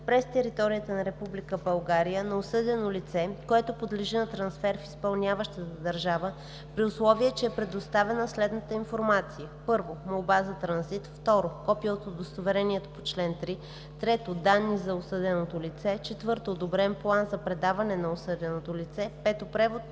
през територията на Република България на осъдено лице, което подлежи на трансфер в изпълняващата държава, при условие че е предоставена следната информация: 1. молба за транзит; 2. копие от удостоверението по чл. 3; 3. данни за осъденото лице; 4. одобрен план за предаване на осъденото лице; 5. превод